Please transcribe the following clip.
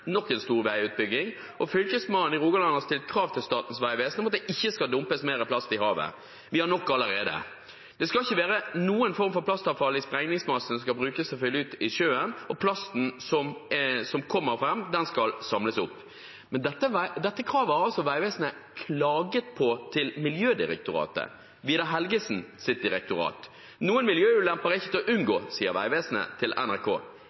nok en stor veiutbygging, og Fylkesmannen i Rogaland har stilt krav til Statens vegvesen om at det ikke skal dumpes mer plast i havet – vi har nok allerede. Det skal ikke være noen form for plastavfall i sprengningsmassen som skal brukes til å fylle ut, i sjøen, og plasten som kommer fram, skal samles opp. Men dette kravet har altså Vegvesenet klaget på til Miljødirektoratet, Vidar Helgesens direktorat. «Noen miljøulemper er ikke til å unngå», sier Vegvesenet til NRK.